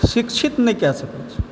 शिक्षित नहि कए सकै छी